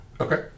okay